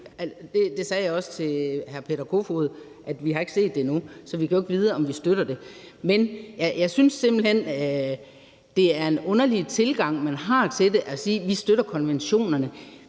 Jeg sagde også til hr. Peter Kofod, at vi ikke har set det endnu, så vi kan jo ikke vide, om vi støtter det. Men jeg synes simpelt hen, det er en underlig tilgang, man har til det, at sige, at vi støtter konventionerne.